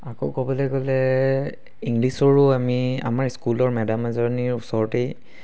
আকৌ ক'বলৈ গ'লে ইংলিছৰো আমি আমাৰ স্কুলৰ মেডাম এজনীৰ ওচৰতেই